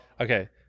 Okay